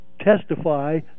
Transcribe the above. testify